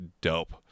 dope